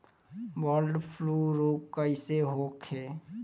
Bird flu रोग कईसे होखे?